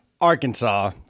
Arkansas